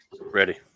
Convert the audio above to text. Ready